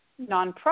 nonprofit